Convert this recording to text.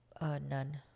None